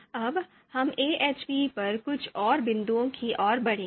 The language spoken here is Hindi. अब हम AHPपर कुछ और बिंदुओं की ओर बढ़ेंगे